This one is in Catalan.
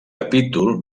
capítol